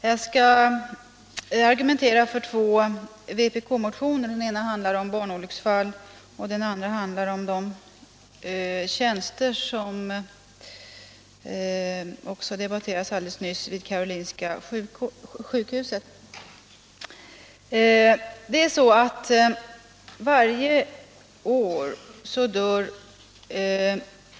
Jag skall argumentera för två vpk-motioner; den ena handlar om barnolycksfall och den andra om de tjänster vid Karolinska sjukhuset som nyss debatterades.